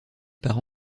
par